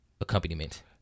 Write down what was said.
accompaniment